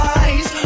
eyes